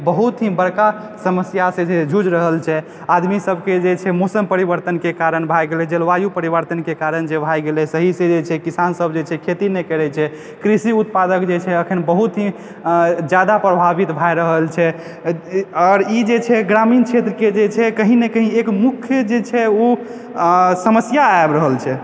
बहुत बड़का समस्या सऽ जे जुझि रहल छै आदमी सब के जे छै मौसम परिवर्तन के कारण भय गेलै जलवायु परिवर्तन के कारण जे भय गेलै ताहि सऽ किसान सब जे छै खेती नहि करै छै कृषि उत्पादन जे छै अखन बहुत ही जादा प्रभावित भय रहल छै आओर ई जे छै ग्रामीण क्षेत्रके कहीं न कहीं एक मुख्य जे छै ओ समस्या आबि रहल छै